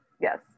Yes